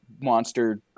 monster